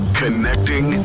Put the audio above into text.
connecting